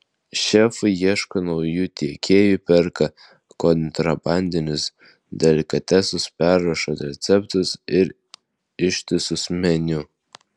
šefai ieško naujų tiekėjų perka kontrabandinius delikatesus perrašo receptus ir ištisus meniu